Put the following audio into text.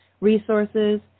resources